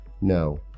No